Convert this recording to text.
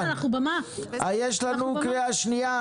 יש לנו קריאה שנייה,